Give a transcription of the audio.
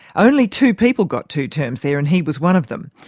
only two people got two terms there and he was one of them.